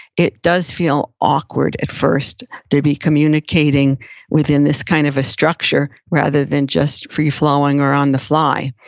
it does feel awkward at first to be communicating within this kind of a structure rather than just free-flowing or on the fly.